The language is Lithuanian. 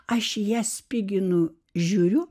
ašyje spiginu žiūriu